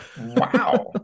Wow